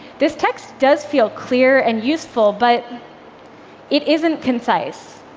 this text does feel clear and useful, but it isn't concise.